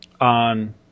on